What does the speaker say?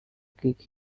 kick